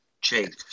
Chase